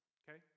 okay